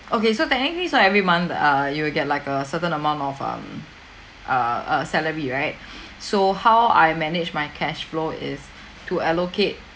okay so technically so every month err you will get like a certain amount of um err a salary right so how I manage my cash flow is to allocate